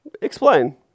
Explain